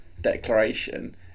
declaration